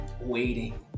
waiting